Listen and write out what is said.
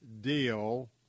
deal